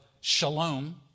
shalom